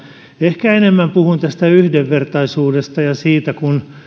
ehkä enemmän puhun tästä yhdenvertaisuudesta ja siitä kun